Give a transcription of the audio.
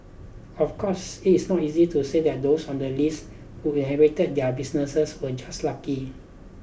of course this is not easy to say that those on the list who inherited their businesses were just lucky